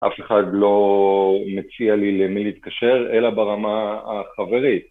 אף אחד לא מציע לי למי להתקשר, אלא ברמה החברית.